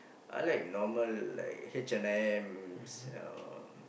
I like normal like H-and-M's you know